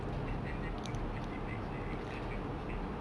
you just stand oh the plastic bags extra twenty cents